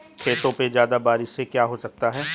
खेतों पे ज्यादा बारिश से क्या हो सकता है?